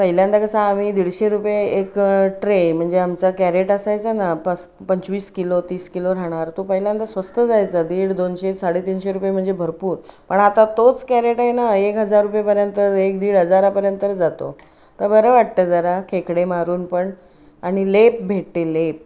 पहिल्यांदा कसं आम्ही दीडशे रुपये एक ट्रे म्हणजे आमचा कॅरेट असायचा ना पस पंचवीस किलो तीस किलो राहणार तो पहिल्यांदा स्वस्त जायचा दीड दोनशे साडेतीनशे रुपये म्हणजे भरपूर पण आता तोच कॅरेट आहे ना एक हजार रुपयेपर्यंत एक दीड हजारापर्यंत जातो तर बरं वाटतं जरा खेकडे मारून पण आणि लेप भेटते लेप